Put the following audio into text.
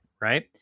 Right